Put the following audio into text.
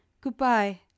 Goodbye